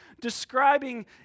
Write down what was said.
describing